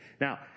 Now